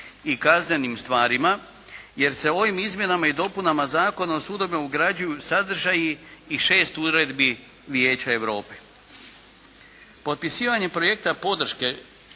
i kaznenim stvarima jer se ovim izmjenama i dopunama Zakona o sudovima ugrađuju sadržaji iz šest uredbi Vijeća Europe.